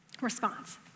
response